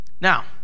now